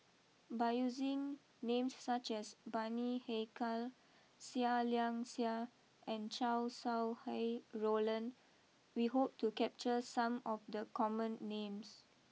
by using names such as Bani Haykal Seah Liang Seah and Chow Sau Hai Roland we hope to capture some of the common names